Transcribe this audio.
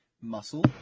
muscle